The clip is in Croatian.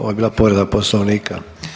Ovo je bila povreda poslovnika.